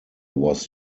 was